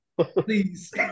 Please